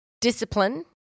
discipline